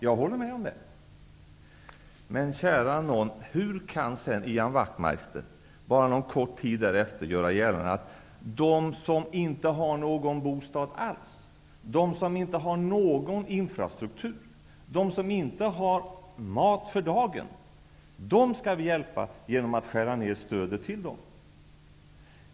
Jag håller med Ian Wachtmeister om detta. Men hur kan Ian Wachtmeister bara en kort stund därefter göra gällande att dem som inte har någon bostad alls, någon infrastruktur eller mat för dagen skall vi hjälpa genom att skära ner stödet till dem?